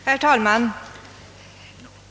Herr talman!